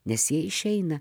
nes jie išeina